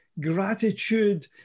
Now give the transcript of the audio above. gratitude